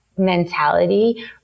mentality